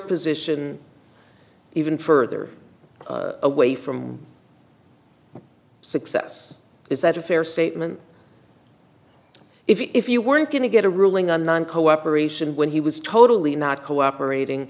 position even further away from success is that a fair statement if you weren't going to get a ruling on non cooperation when he was totally not cooperating